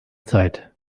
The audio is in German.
zeit